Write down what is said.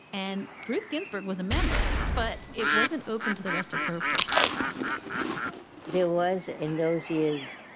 and ruth ginsburg was a member. but it wasn't open to the rest of her first year classmates there was in those years